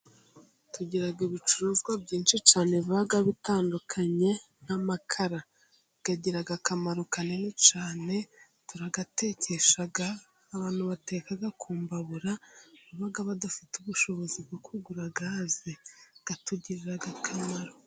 Tugira ibicuruzwa byinshi cyane biba bitandukanye, n'amakara agira akamaro kanini cyane, turayatekesha, abantu bateka ku mbabura, baba badafite ubushobozi bwo kugura gaze, atugirira akamaro.